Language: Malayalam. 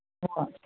ഉവ്വ